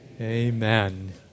Amen